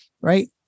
right